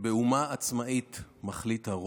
באומה עצמאית מחליט הרוב.